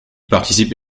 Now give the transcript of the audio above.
participe